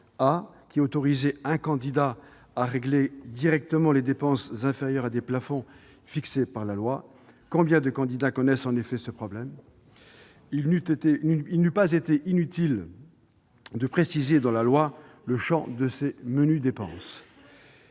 A, qui autorisait un candidat à régler directement des dépenses inférieures à des plafonds fixés par la loi. Combien de candidats connaissent, en effet, ce problème ? Il n'eût pas été inutile de préciser dans la loi le champ de ces « menues dépenses